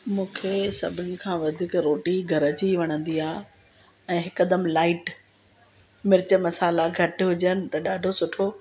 मूंखे सभिनी खां वधीक रोटी घर जी वणंदी आहे ऐं हिकदमि लाइट मिर्च मसाला घटि हुजनि त ॾाढो सुठो